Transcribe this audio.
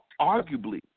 arguably